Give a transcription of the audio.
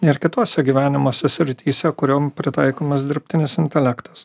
ir kituose gyvenimuose srityse kuriom pritaikomas dirbtinis intelektas